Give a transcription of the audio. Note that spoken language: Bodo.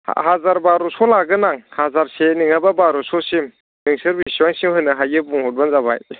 हाजार बार'स' लागोन आं हाजारसे नङाबा बार'स'सिम नोंसोर बेसेबांसिम होनो हायो बुंहरबानो जाबाय